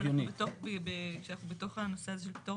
השאלה אם כשאנחנו בתוך הנושא הזה של פטור